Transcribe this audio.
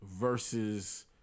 versus